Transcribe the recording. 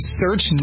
search